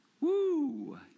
Woo